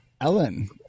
Ellen